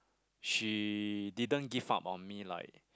she didn't give up on me like